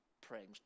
praying